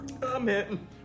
Amen